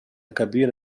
كبير